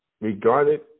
regarded